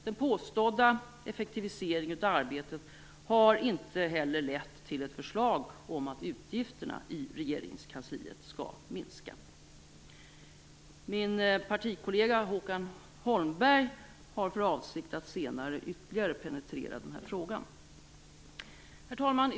Den påstådda effektiviseringen av arbetet har inte heller lett till ett förslag om att utgifterna i regeringskansliet skall minska. Min partikollega Håkan Holmberg har för avsikt att senare ytterligare penetrera den här frågan. Herr talman!